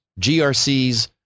GRC's